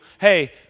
hey